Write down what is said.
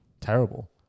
terrible